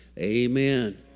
amen